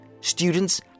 students